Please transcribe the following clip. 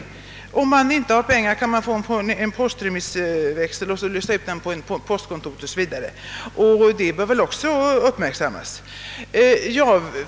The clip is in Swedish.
Den som inte har kontanter kan t.ex. få en postremissväxel inlöst på ett postkontor. Den saken bör väl också uppmärksammas.